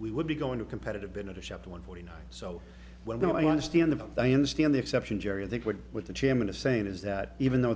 we would be going to competitive in a shop one forty nine so when i understand that i understand the exception gerry i think what what the chairman of saying is that even though